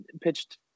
pitched